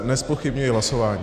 Nezpochybňuji hlasování.